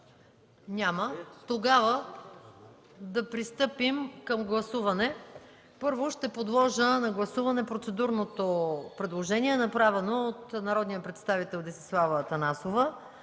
Няма. Да пристъпим към гласуване. Първо ще подлъжа на гласуване процедурното предложение, направено от народния представител Десислава Атанасова,